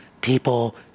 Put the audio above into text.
people